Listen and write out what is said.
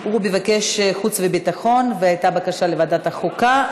מבקשת להצטרף כתומכת.